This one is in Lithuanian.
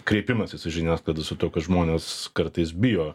kreipimasis į žiniasklaidą su tuo kad žmonės kartais bijo